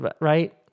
Right